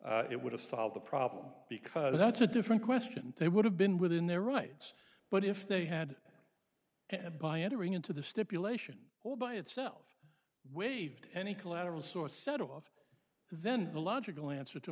have solved the problem because that's a different question they would have been within their rights but if they had and by entering into the stipulation all by itself waived any collateral source set off then the logical answer to